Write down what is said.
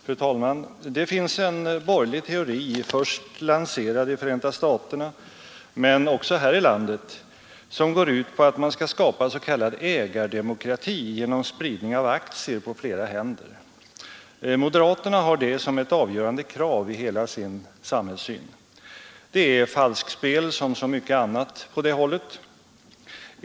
Fru talman! Det finns en borgerlig teori, först lanserad i Förenta staterna, sedan också här i landet, som går ut på att man skall skapa s.k. ägardemokrati genom spridning av aktier på flera händer. Moderaterna har det som ett avgörande krav i hela sin samhällssyn. Det är falskspel som så mycket annat på det hållet.